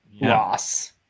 loss